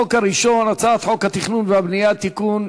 החוק הראשון: הצעת חוק התכנון והבנייה (תיקון,